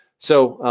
so,